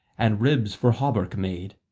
and ribs for hauberk made?